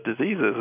diseases